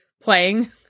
playing